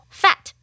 fat